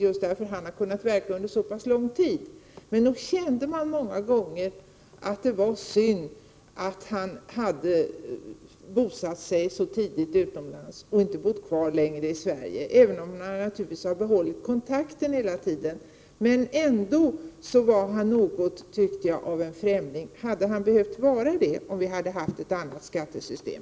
Han har ju kunnat verka under så pass lång tid. Men nog har jag många gånger tyckt att det var synd att han bosatte sig så tidigt utomlands. Det var synd att han inte längre ville vara kvar i Sverige. Naturligtvis har han hela tiden behållit kontakten med Sverige. Men ändå har han på något sätt varit att likna vid en främling. Skulle det ha behövt vara så om vi hade haft ett annat skattesystem?